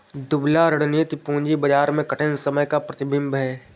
दुबला रणनीति पूंजी बाजार में कठिन समय का प्रतिबिंब है